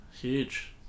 huge